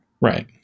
Right